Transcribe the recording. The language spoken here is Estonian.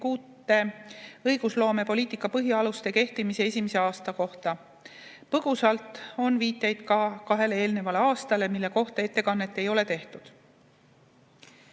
uute õigusloomepoliitika põhialuste kehtimise esimesest aastast. Põgusalt on viiteid ka kahele eelnevale aastale, mille kohta ettekannet ei ole tehtud. Head